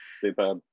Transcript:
Super